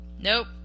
Nope